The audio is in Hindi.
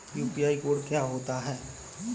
यू.पी.आई कोड क्या होता है?